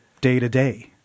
day-to-day